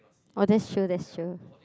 oh that's true that's true